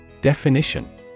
Definition